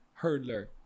hurdler